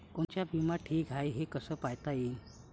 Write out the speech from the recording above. कोनचा बिमा ठीक हाय, हे कस पायता येईन?